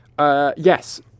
Yes